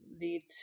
lead